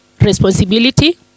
responsibility